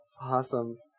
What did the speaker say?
Awesome